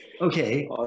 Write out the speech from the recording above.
Okay